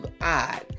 odd